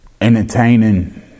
entertaining